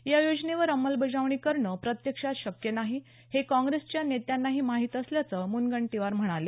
या योजनेवर अंमलबजावणी करणं प्रत्यक्षात शक्य नाही हे काँग्रेसच्या नेत्यांनाही माहिती असल्याचं मुनगंटीवार म्हणाले